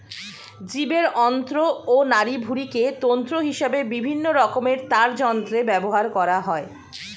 জীবের অন্ত্র ও নাড়িভুঁড়িকে তন্তু হিসেবে বিভিন্ন রকমের তারযন্ত্রে ব্যবহার করা হয়